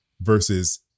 versus